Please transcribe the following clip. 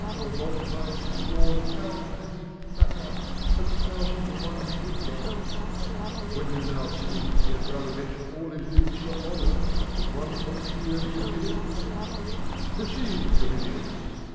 your multiplying spawn how can he flatter that's thousand to one good one when you now see he had rather venture all his limbs for honour than one on's ears to hear it proceed, cominius.